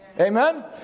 Amen